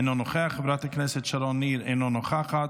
אינו נוכח, חברת הכנסת שרון ניר, אינה נוכחת,